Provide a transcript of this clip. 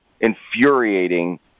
infuriating